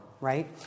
right